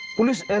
will thrash